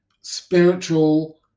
spiritual